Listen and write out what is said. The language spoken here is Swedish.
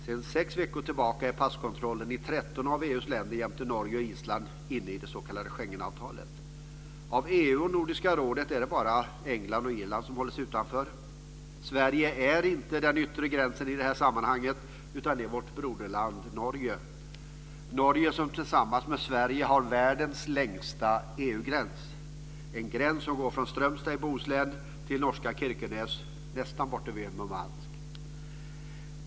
Sedan sex veckor tillbaka är passkontrollen i 13 av EU:s länder jämte Norge och Island inne i det s.k. Schengenavtalet. Av EU och Nordiska rådet är det bara England och Irland som håller sig utanför. Sverige är inte den yttre gränsen i detta sammanhang, utan det är vårt broderland Norge, Norge som tillsammans med Sverige har världens längsta EU-gräns som går från Strömstad i Bohuslän till norska Kirkenäs, nästan borta vid Murmansk.